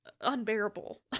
unbearable